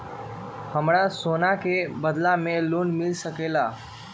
हमरा सोना के बदला में लोन मिल सकलक ह?